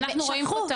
ושכחו,